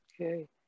Okay